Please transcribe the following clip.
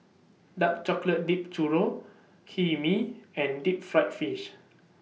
Dark Chocolate Dipped Churro Hae Mee and Deep Fried Fish